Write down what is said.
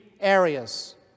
areas